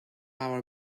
our